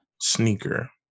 sneaker